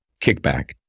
kickback